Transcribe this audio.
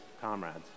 comrades